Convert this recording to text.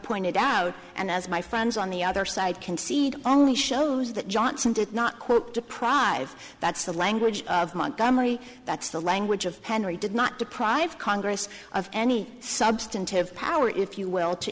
pointed out and as my friends on the other side concede only shows that johnson did not quote deprive that's the language of montgomery that's the language of henry did not deprive congress of any substantive power if you will to